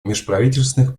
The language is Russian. межправительственных